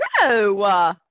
no